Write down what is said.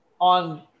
on